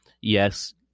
Yes